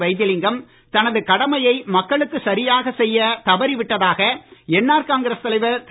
வைத்திலிங்கம் தனது கடமையை மக்களுக்கு சரியாகச் செய்ய தவறி விட்டதாக என்ஆர் காங்கிரஸ் தலைவர் திரு